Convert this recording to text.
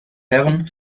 herren